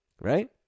right